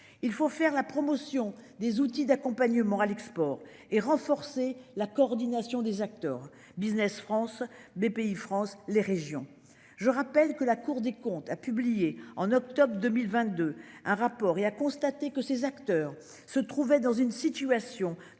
Il faut faire la promotion des outils d'accompagnement à l'export et renforcer la coordination des acteurs Business France Bpifrance les régions. Je rappelle que la Cour des comptes a publié en octobre 2022, un rapport et a constaté que ces acteurs se trouvait dans une situation de